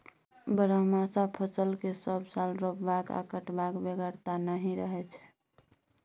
बरहमासा फसल केँ सब साल रोपबाक आ कटबाक बेगरता नहि रहै छै